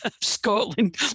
Scotland